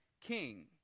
king